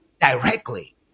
Directly